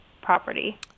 property